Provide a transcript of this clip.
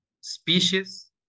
species